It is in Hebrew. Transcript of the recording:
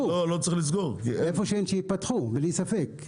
איפה שאין שייפתחו, בלי ספק.